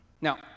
Now